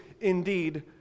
indeed